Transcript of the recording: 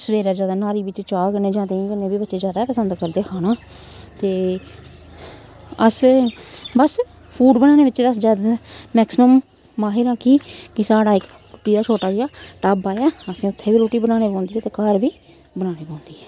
सवेरै जैदा न्हारी बिच्च चाह् कन्नै जां देहीं कन्नै बी बच्चे जैदा गै पसंद करदे खाना ते अस बस फूड बनाने बिच्च ते अस जैदातर मैक्सीमम माहिर आं कि कि साढ़ा इक रुट्टी दा छोटा जेहा ढाबा ऐ असें उत्थै बी रुट्टी बनाने पौंदी ऐ ते घर बी बनाने पौंदी ऐ